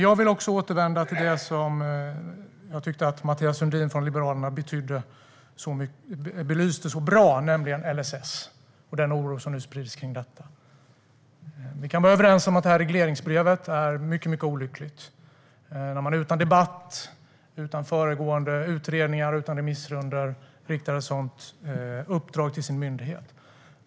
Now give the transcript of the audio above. Jag vill också återvända till det som Mathias Sundin från Liberalerna belyste så bra, nämligen LSS och den oro som nu sprids kring detta. Vi kan vara överens om att det här regleringsbrevet är mycket olyckligt. Utan debatt, föregående utredningar eller remissrundor har man riktat detta uppdrag till sin myndighet.